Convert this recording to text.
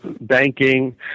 banking